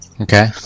Okay